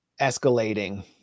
escalating